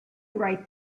right